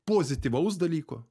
pozityvaus dalyko